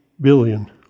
billion